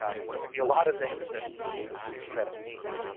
and there can be a lot of things that people assume that it means,